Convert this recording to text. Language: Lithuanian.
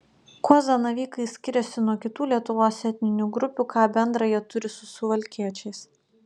kuo zanavykai skiriasi nuo kitų lietuvos etninių grupių ką bendra jie turi su suvalkiečiais